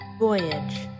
Voyage